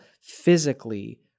physically